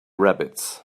rabbits